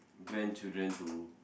grandchildren to